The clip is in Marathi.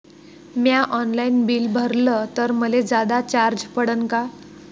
म्या ऑनलाईन बिल भरलं तर मले जादा चार्ज पडन का?